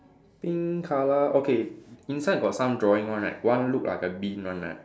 pink colour okay inside got some drawing one right one look like a bin one right